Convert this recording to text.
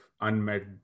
unmet